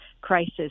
crisis